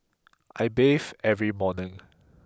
I bathe every morning